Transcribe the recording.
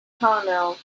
colonel